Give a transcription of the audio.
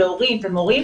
הורים ומורים